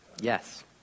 Yes